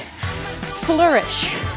flourish